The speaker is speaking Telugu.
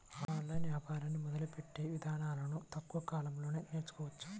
ఆన్లైన్ వ్యాపారాన్ని మొదలుపెట్టే ఇదానాలను తక్కువ కాలంలోనే నేర్చుకోవచ్చు